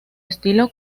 estilo